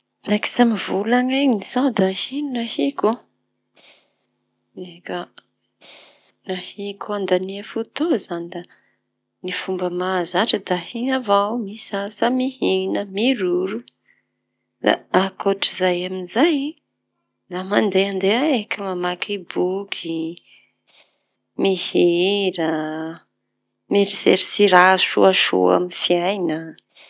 Raikitsa amy volana eny za da ino ny ahiko e! Eka, ny ahiko andania fotoa izañy ny fomba mahazatra da ahian avao misasa, mihina, miroro ankotry zay amizay da mandeh ndeh eky, mamaky boky, mihira, mieritseritsy raha soa soa amy fiana.